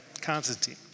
Constantine